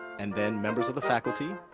and then members of the faculty,